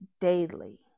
daily